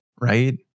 Right